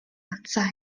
outside